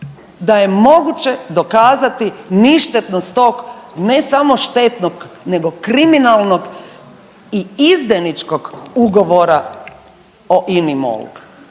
da je moguće dokazati ništetnost tog ne samo štetnog nego kriminalnog i izdajničkog ugovora o INA-i